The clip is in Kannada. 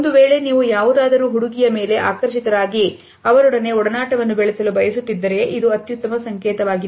ಒಂದು ವೇಳೆ ನೀವು ಯಾವುದಾದರೂ ಹುಡುಗಿಯ ಮೇಲೆ ಆಕರ್ಷಿತರಾಗಿ ಅವರೊಡನೆ ಒಡನಾಟವನ್ನು ಬೆಳೆಸಲು ಬಯಸುತ್ತಿದ್ದರೆ ಇದು ಉತ್ತಮ ಸಂಕೇತವಾಗಿದೆ